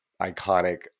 iconic